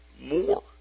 more